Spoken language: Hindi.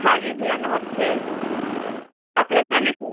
हाँजी भैया नमस्ते आप लखानी से